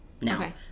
now